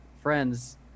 friends